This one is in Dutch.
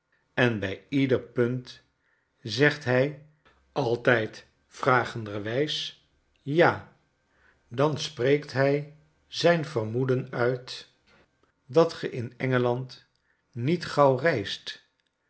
en bi ieder punt zegt hij altijd vragenderwijs ja dan spreekt hi zijn vermoeden uit dat geinengeland niet gauw reist